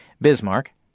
Bismarck